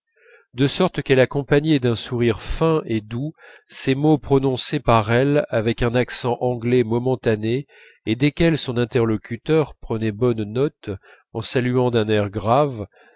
de sorte qu'elle accompagnait d'un sourire fin et doux ces mots prononcés par elle avec un accent anglais momentané et desquels son interlocuteur prenait bonne note en saluant d'un air grave